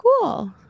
Cool